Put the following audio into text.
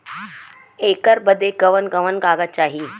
ऐकर बदे कवन कवन कागज चाही?